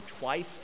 twice